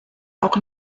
auch